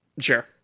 sure